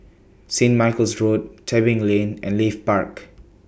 St Michael's Road Tebing Lane and Leith Park